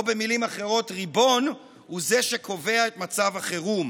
או במילים אחרות: ריבון הוא זה שקובע את מצב החירום.